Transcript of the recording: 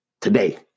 Today